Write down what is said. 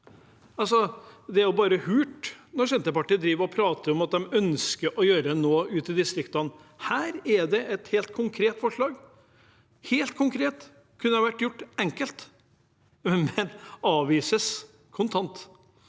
Det er bare hult når Senterpartiet prater om at de ønsker å gjøre noe ute i distriktene. Her er det et helt konkret forslag – helt konkret. Det kunne vært gjort enkelt, men det avvises kontant